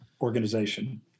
organization